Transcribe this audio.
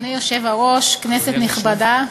אדוני היושב-ראש, כנסת נכבדה,